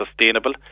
sustainable